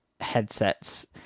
headsets